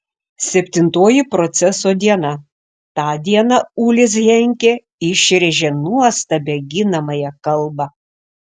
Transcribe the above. septintoji proceso diena tą dieną ulis henkė išrėžė nuostabią ginamąją kalbą